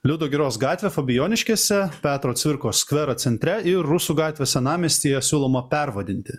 liudo giros gatvę fabijoniškėse petro cvirkos skverą centre ir rusų gatvę senamiestyje siūloma pervadinti